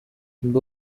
ndi